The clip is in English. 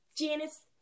Janice